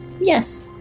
Yes